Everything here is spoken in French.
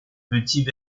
petits